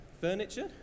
furniture